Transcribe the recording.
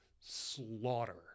slaughter